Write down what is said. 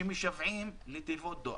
שמשוועים לתיבות דואר,